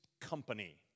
company